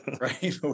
right